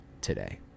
today